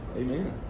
amen